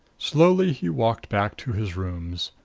slowly he walked back to his rooms.